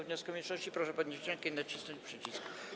wniosku mniejszości, proszę podnieść rękę i nacisnąć przycisk.